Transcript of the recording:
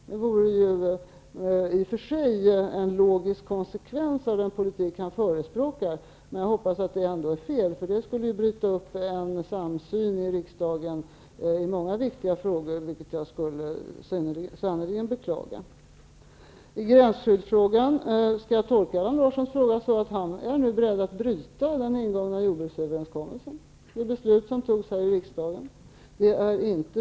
Det vore ju i och för sig en logisk konsekvens av den politik som han förespråkar. Men jag hoppas att det ändå är fel, eftersom det skulle bryta upp en samsyn i riksdagen i många viktiga frågor, vilket jag sannerligen skulle beklaga. Så till gränsskyddsfrågan. Skall jag tolka Allan Larssons fråga så, att han nu är beredd att bryta den ingångna jordbruksöverenskommelsen genom beslut här i riksdagen?